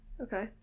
Okay